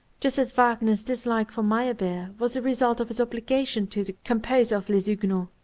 just as wagner's dislike for meyerbeer was the result of his obligations to the composer of les huguenots.